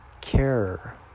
care